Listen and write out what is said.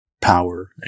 power